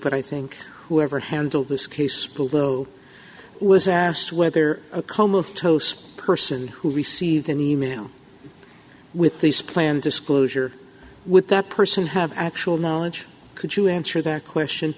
but i think whoever handled this case bill though was asked whether a comatose person who received an e mail with this plan disclosure with that person had actual knowledge could you answer that question